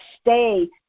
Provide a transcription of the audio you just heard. stay